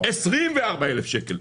24,000 שקל,